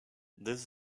this